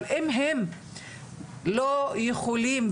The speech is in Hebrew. אבל הם לא יכולים,